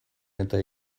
eta